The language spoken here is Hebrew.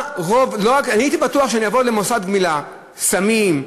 אני הייתי בטוח שאני אבוא למוסד גמילה, סמים,